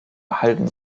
erhalten